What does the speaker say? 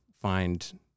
find